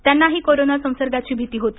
त्यांनाही कोरोना संसर्गाची भीती होती